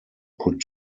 put